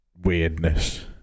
weirdness